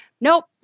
Nope